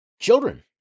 children